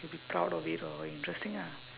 you'll be proud of it or interesting ah